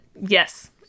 Yes